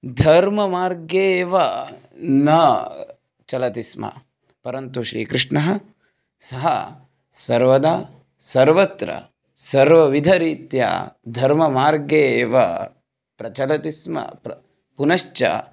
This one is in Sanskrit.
धर्ममार्गे एव न चलति स्म परन्तु श्रीकृष्णः सः सर्वदा सर्वत्र सर्वविधरीत्या धर्ममार्गे एव प्रचलति स्म प्र पुनश्च